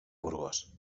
burgos